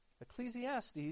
Ecclesiastes